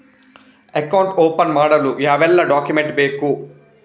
Account open ಮಾಡಲು ಯಾವೆಲ್ಲ document ಬೇಕು?